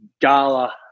gala